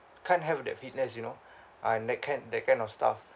can't have that fitness you know ah that kind that kind of stuff